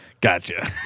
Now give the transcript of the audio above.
gotcha